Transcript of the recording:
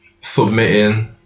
submitting